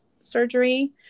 surgery